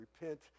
repent